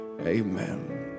Amen